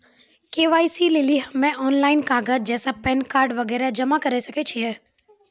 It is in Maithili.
के.वाई.सी लेली हम्मय ऑनलाइन कागज जैसे पैन कार्ड वगैरह जमा करें सके छियै?